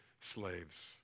slaves